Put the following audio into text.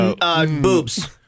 Boobs